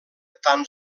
tan